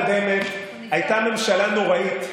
היושב-ראש,